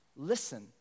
Listen